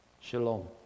shalom